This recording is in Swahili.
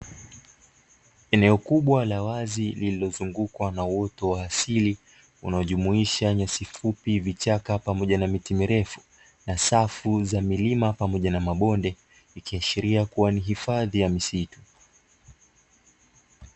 Eneo kubwa la wazi lililozungukwa na uoto wa asili; unaojumuisha nyasi fupi, vichaka pamoja na miti mirefu, na safu za milima pamoja na mabonde, ikiashiria kuwa ni hifadhi ya msitu.